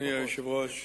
היושב-ראש,